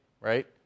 right